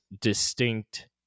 distinct